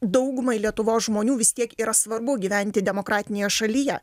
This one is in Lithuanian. daugumai lietuvos žmonių vis tiek yra svarbu gyventi demokratinėje šalyje